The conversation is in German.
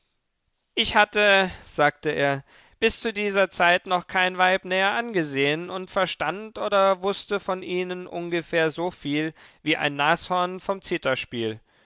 ich hatte sagte er bis zu dieser zeit noch kein weib näher angesehen und verstand oder wußte von ihnen ungefähr soviel wie ein nashorn vom zitherspiel